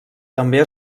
també